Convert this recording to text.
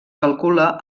calcula